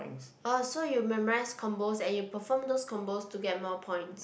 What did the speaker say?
ah so you memorise combos and you perform those combos to get more points